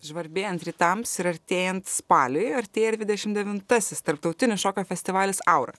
žvarbėjant rytams ir artėjant spaliui artėja ir dvidešim devintasis tarptautinis šokio festivalis aura